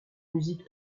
musique